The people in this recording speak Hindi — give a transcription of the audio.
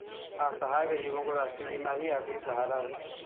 असहाय गरीबों का राष्ट्रीय बीमा ही आखिरी सहारा है